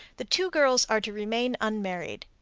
the two girls are to remain unmarried.